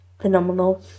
phenomenal